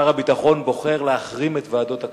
ששר הביטחון בוחר להחרים את ועדות הכנסת.